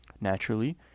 Naturally